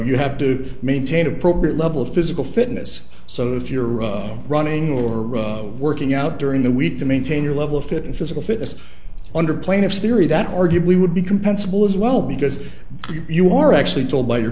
you have to maintain appropriate level of physical fitness so if you're running or working out during the week to maintain your level of fit and physical fitness under plaintiff's theory that arguably would be compensable as well because you are actually told